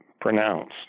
pronounced